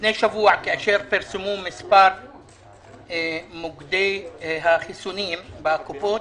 לפני שבוע, כשפרסמו מספר מוקדי החיסונים בקופות,